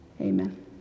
Amen